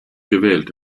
gewählt